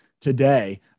today